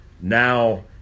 now